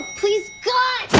please, god!